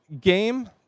Game